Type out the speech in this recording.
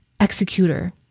executor